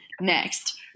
Next